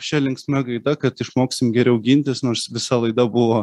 šia linksma gaida kad išmoksim geriau gintis nors visa laida buvo